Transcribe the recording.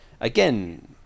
again